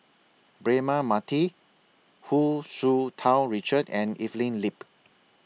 Braema Mathi Hu Tsu Tau Richard and Evelyn Lip